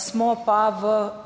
smo pa v